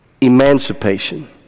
emancipation